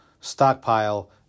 Stockpile